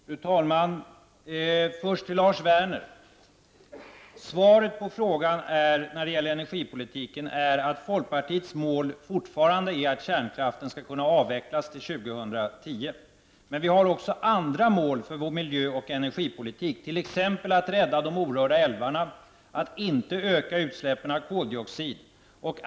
Fru talman! Först till Lars Werner. Svaret på frågan om energipolitiken är att folkpartiets mål fortfarande är att kärnkraften skall kunna avvecklas till 2010. Men vi har också andra mål för vår miljö och energipolitik, t.ex. att rädda de orörda älvarna och att inte öka utsläppen av koldioxid.